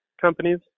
companies